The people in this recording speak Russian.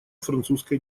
французской